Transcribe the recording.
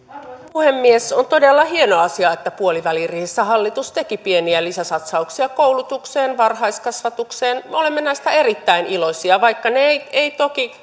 puhemies on todella hieno asia että puoliväliriihessä hallitus teki pieniä lisäsatsauksia koulutukseen varhaiskasvatukseen me olemme näistä erittäin iloisia vaikka ne eivät eivät